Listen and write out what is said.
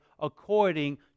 according